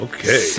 Okay